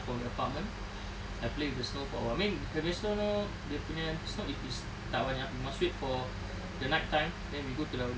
from the apartment I play with the snow for I mean dia punya snow dia punya snow is tak banyak must wait for the night time then we go to the